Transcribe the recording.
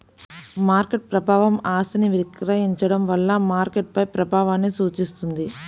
market ప్రభావం ఆస్తిని విక్రయించడం వల్ల మార్కెట్పై ప్రభావాన్ని సూచిస్తుంది